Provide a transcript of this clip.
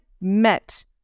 met